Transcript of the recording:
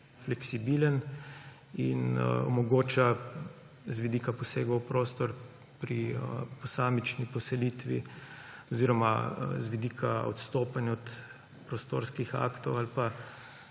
fleksibilen in omogoča z vidika posegov v prostor pri posamični poselitvi oziroma z vidika odstopanja od prostorskih aktov ali pa